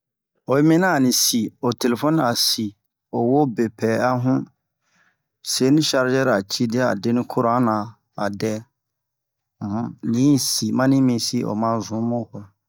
oyi minian ani si o telefɔni a si o yo bepɛ a hu seni sharzɛri a ci deya a deni kuran na a dɛ um ni yi si mani mi si o ma zu mu koi um